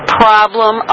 problem